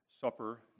Supper